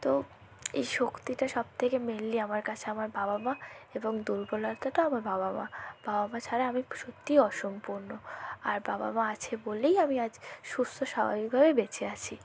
তো এই শক্তিটা সবথেকে মেনলি আমার কাছে আমার বাবা মা এবং দুর্বলতাটা আমার বাবা মা বাবা মা ছাড়া আমি সত্যিই অসম্পূর্ণ আর বাবা মা আছে বলেই আমি আজ সুস্থ স্বাভাবিকভাবে বেঁচে আছি